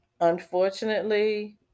Unfortunately